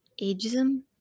Ageism